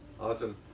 Awesome